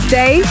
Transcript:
day